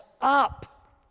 up